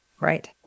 right